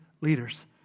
leaders